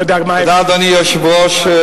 אדוני היושב-ראש,